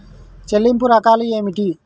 చెల్లింపు రకాలు ఏమిటి?